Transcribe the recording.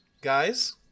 guys